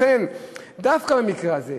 לכן דווקא במקרה הזה,